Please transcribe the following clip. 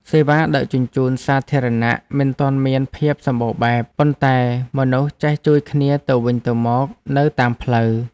សេវាដឹកជញ្ជូនសាធារណៈមិនទាន់មានភាពសម្បូរបែប ប៉ុន្តែមនុស្សចេះជួយគ្នាទៅវិញទៅមកនៅតាមផ្លូវ។